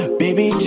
baby